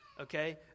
okay